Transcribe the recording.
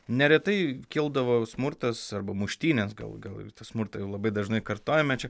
neretai kildavo smurtas arba muštynės gal gal ir smurtą jau labai dažnai kartojame čia